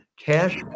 cash